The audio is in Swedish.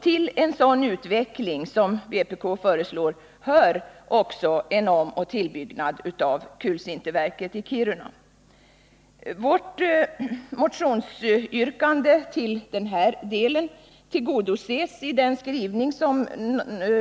Till en sådan utveckling som vpk föreslår hör en omoch tillbyggnad av kulsinterverket i Kiruna. Vårt motionsyrkande i denna del tillgodoses i den skrivning som